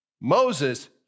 Moses